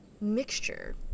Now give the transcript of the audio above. mixture